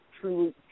true